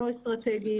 לא אסטרטגי.